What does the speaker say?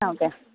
ആ ഓക്കെ